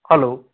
hello